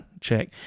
Check